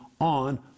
on